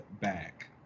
back